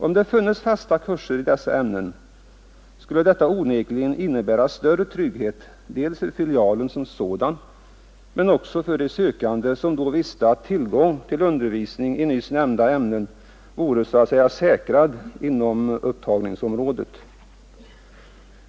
Om det funnes fasta kurser i dessa ämnen, skulle detta onekligen innebära större trygghet dels för filialen som sådan, dels för de sökande, som då visste att tillgång till undervisning i nyss nämnda ämnen vore säkrad inom upptagningsområdet.